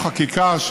ולפי החקיקה,